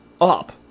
up